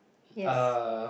yes